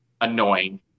annoying